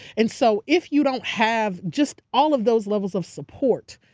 and so if you don't have just all of those levels of support,